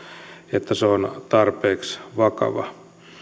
että se on tarpeeksi vakavaa